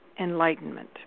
enlightenment